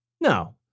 No